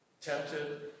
tempted